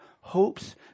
hopes